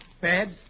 Babs